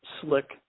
slick